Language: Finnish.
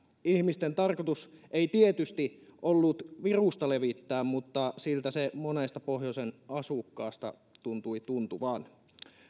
ihmisten tarkoitus ei tietysti ollut virusta levittää mutta siltä se monesta pohjoisen asukkaasta tuntui tuntuvan